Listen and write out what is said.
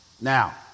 Now